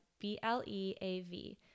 B-L-E-A-V